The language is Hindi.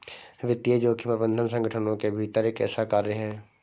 वित्तीय जोखिम प्रबंधन संगठनों के भीतर एक ऐसा कार्य है